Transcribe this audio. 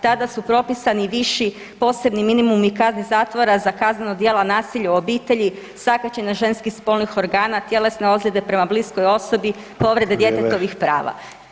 Tada su propisani i viši posebni minimumi kazni zatvora za kaznena djela nasilja u obitelji, sakaćenja ženskih spolnih organa, tjelesne ozljede prema bliskoj osobi, povrede [[Upadica: Vrijeme.]] djetetovih prava.